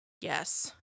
Yes